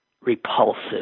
repulsive